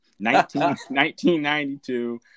1992